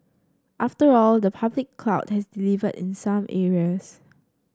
after all the public cloud has delivered in some areas